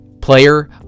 player